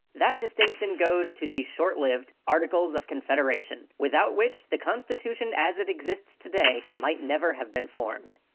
that distinction goes to the short-lived articles of confederation, without which the constitution as it exists today might never have been formed.